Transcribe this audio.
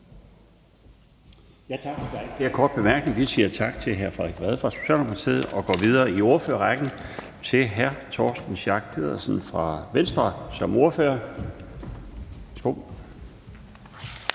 er ikke flere korte bemærkninger. Vi siger tak til hr. Frederik Vad fra Socialdemokratiet og går videre i ordførerrækken til hr. Torsten Schack Pedersen fra Venstre. Værsgo.